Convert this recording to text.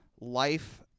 life